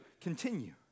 Continue